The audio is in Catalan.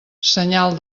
senyal